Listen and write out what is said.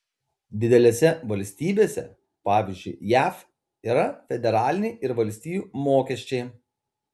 didelėse valstybėse pavyzdžiui jav yra federaliniai ir valstijų mokesčiai